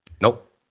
Nope